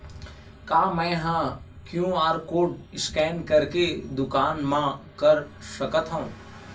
का मैं ह क्यू.आर कोड स्कैन करके दुकान मा कर सकथव?